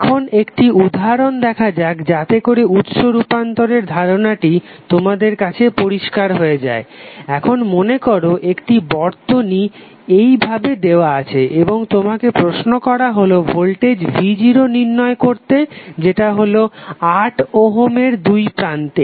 এখন একটি উদাহরণ দেখা যাক যাতেকরে উৎস রুপান্তরের ধারনাটি তোমাদের কাছে পরিস্কার হয়ে যায় এখন মনেকর একটি বর্তনী এইভাবে দেওয়া আছে এবং তোমাকে প্রশ্ন করা হলো ভোল্টেজ v0 নির্ণয় করতে যেটা হলো 8 ওহমের দুই প্রান্তে